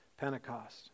Pentecost